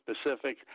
specific